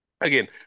Again